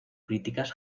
críticas